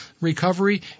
Recovery